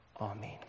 Amen